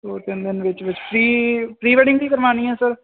ਦੋ ਤਿੰਨ ਦਿਨ ਵਿੱਚ ਵਿੱਚ ਪ੍ਰੀ ਪ੍ਰੀ ਵੈਡਿੰਗ ਵੀ ਕਰਵਾਉਣੀ ਆ ਸਰ